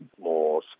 more